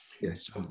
Yes